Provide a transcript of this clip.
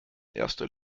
erster